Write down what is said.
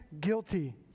guilty